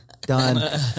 Done